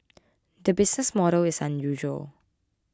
the business model is unusual